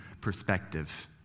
perspective